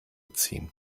ziehen